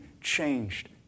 changed